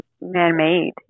man-made